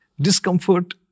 Discomfort